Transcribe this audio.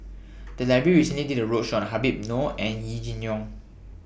The Library recently did A roadshow on Habib Noh and Yee Jenn Jong